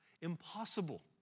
impossible